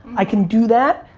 i can do that.